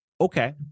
okay